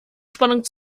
spannung